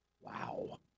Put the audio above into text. Wow